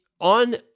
on